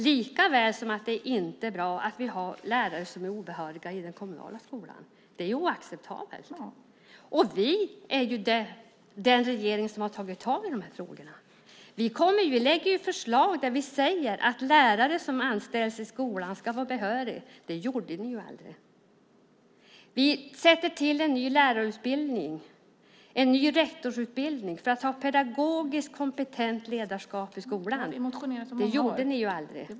Det är inte heller bra att man har lärare som är obehöriga i den kommunala skolan. Det är oacceptabelt. Vi är den regering som har tagit tag i de här frågorna. Vi lägger fram förslag där vi säger att lärare som anställs i skolan ska vara behöriga. Det gjorde ni aldrig. Vi inför en ny lärarutbildning och en ny rektorsutbildning för att ha pedagogiskt kompetent ledarskap i skolan. Det gjorde ni aldrig.